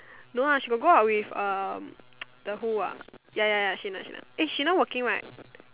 no ah she got go out with err the who ah ya ya ya Shannon Shannon eh she now working right